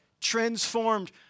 Transformed